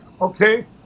okay